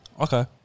Okay